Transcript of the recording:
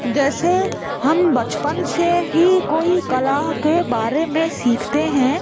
जैसे हम बचपन से ही कोई कला के बारे में सीखते हैं